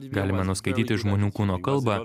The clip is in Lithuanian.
galime nuskaityti žmonių kūno kalbą